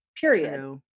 period